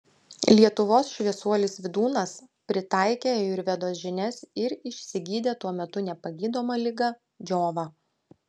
lietuvos šviesuolis vydūnas pritaikė ajurvedos žinias ir išsigydė tuo metu nepagydomą ligą džiovą